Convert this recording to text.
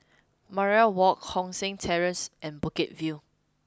Mariam Walk Hong San Terrace and Bukit View